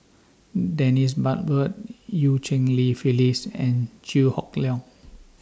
Dennis Bloodworth EU Cheng Li Phyllis and Chew Hock Leong